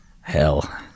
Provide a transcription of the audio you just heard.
hell